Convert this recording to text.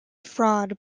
fraud